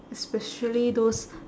especially those